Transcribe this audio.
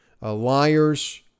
liars